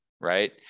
right